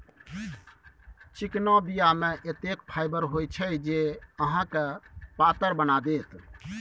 चिकना बीया मे एतेक फाइबर होइत छै जे अहाँके पातर बना देत